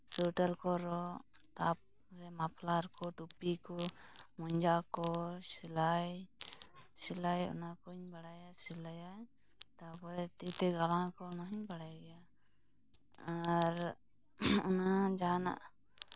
ᱥᱚᱭᱮᱴᱟᱨ ᱠᱚ ᱨᱚᱜ ᱛᱟᱨᱯᱚᱨᱮ ᱢᱟᱯᱞᱟᱨ ᱠᱚ ᱴᱩᱯᱤ ᱠᱚ ᱢᱚᱡᱟ ᱠᱚ ᱥᱤᱞᱟᱭ ᱥᱤᱞᱟᱭ ᱚᱱᱟ ᱠᱩᱧ ᱵᱟᱲᱟᱭᱟ ᱥᱤᱞᱟᱹᱭᱟᱧ ᱛᱟᱨᱯᱚᱨᱮ ᱛᱤ ᱛᱮ ᱜᱟᱞᱟᱝ ᱠᱚ ᱚᱱᱟ ᱦᱚᱸᱧ ᱵᱟᱲᱟᱭ ᱜᱮᱭᱟ ᱟᱨ ᱚᱱᱟ ᱡᱟᱦᱟᱱᱟᱜ